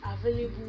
available